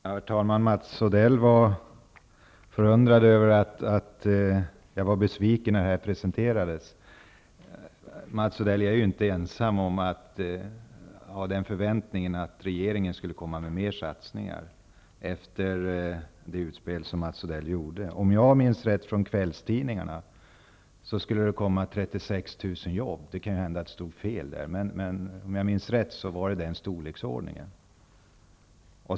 Herr talman! Mats Odell var förundrad över att jag var besviken när detta presenterades, men jag var ju inte ensam om att efter Mats Odells utspel förvänta mig att regeringen skulle satsa mer. Om jag minns rätt från kvällstidningarna skulle det bli fråga om 36 000 jobb. Det kan ju hända att det stod fel, men om jag minns rätt skulle satsningen vara i den storleksordningen.